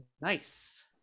nice